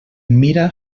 mira